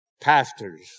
pastors